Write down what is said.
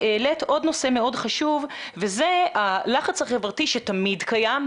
העלית עוד נושא מאוד חשוב וזה הלחץ החברתי שתמיד קיים,